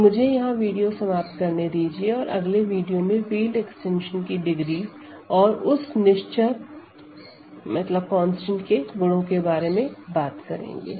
तो मुझे यहां वीडियो समाप्त करने दीजिए और अगले वीडियो में फील्ड एक्सटेंशन की डिग्री और उस निश्चचर के गुणों के बारे में बात करेंगे